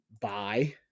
buy